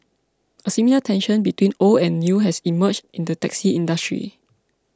a similar tension between old and new has emerged in the taxi industry